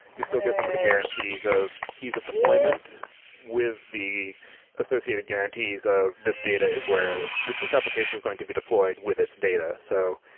you still get some of the guarantees of ease of deployment with the associated guarantees of this data is where this application is going to be deployed with its data. so,